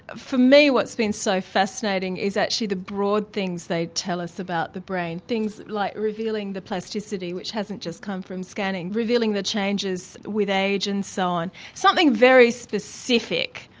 for me what's been so fascinating is actually the broad things that they tell us about the brain, things like revealing the plasticity, which hasn't just come from scanning. revealing the changes with age and so on something very specific,